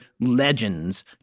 Legends